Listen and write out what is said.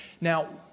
Now